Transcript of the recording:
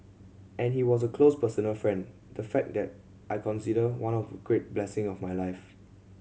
and he was a close personal friend the fact that I consider one of the great blessing of my life